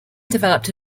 developed